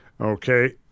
okay